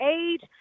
age